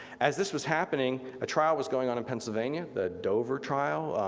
as this was happening, a trial was going on in pennsylvania, the dover trial,